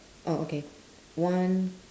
orh okay one